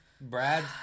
Brad